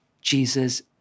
Jesus